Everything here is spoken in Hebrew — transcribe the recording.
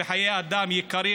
וחיי אדם יקרים,